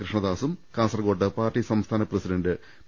കൃഷ്ണദാസും കാസർകോട്ട് പാർട്ടി സംസ്ഥാന president P